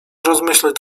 rozmyślać